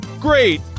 Great